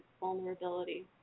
vulnerability